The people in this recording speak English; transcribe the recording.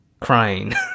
crying